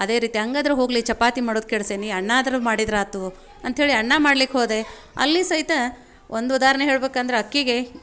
ಅದೇ ರೀತಿ ಹಂಗಾದ್ರೆ ಹೋಗಲಿ ಚಪಾತಿ ಮಾಡೋದು ಕೆಡಿಸೇನಿ ಅನ್ನ ಆದ್ರೂ ಮಾಡಿದ್ರೆ ಆಯ್ತು ಅಂಥೇಳಿ ಅನ್ನ ಮಾಡ್ಲಿಕ್ಕೆ ಹೋದೆ ಅಲ್ಲಿ ಸಹಿತ ಒಂದು ಉದಾಹರಣೆ ಹೇಳ್ಬೇಕಂದ್ರೆ ಅಕ್ಕಿಗೆ